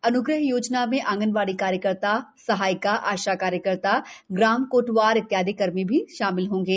अन्ग्रह योजना में आंगनवाड़ी कार्यकर्ता सहायिका आशा कार्यकर्ता ग्राम कोटवार इत्यादि कर्मी भी सम्मिलित होंगे